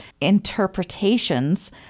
interpretations